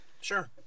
Sure